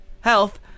health